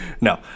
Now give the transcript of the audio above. No